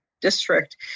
district